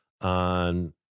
on